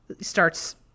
starts